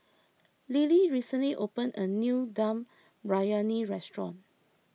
Lilly recently opened a new Dum Briyani restaurant